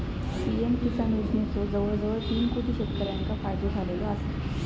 PM Kisan योजनेचो जवळजवळ तीन कोटी शेतकऱ्यांका फायदो झालेलो आसा